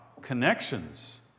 connections